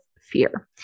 fear